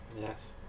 yes